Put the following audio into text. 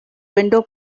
window